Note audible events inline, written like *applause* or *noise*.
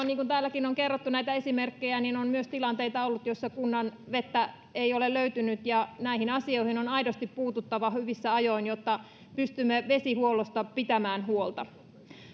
*unintelligible* niin kuin täälläkin on kerrottu näitä esimerkkejä niin keski suomessa meillä on ollut myös tilanteita joissa kunnan vettä ei ole löytynyt ja näihin asioihin on aidosti puututtava hyvissä ajoin jotta pystymme vesihuollosta pitämään huolta